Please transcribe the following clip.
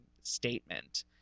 statement